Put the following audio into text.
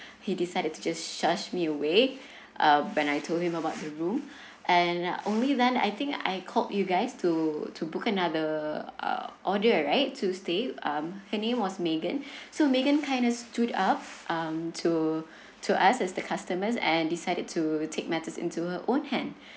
he decided just me away um when I told him about the room and only then I think I called you guys to to book another uh order right to stay um her name was megan so megan kindness stood up um to to us as the customers and decided to take matters into her own hands